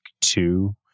two